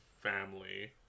family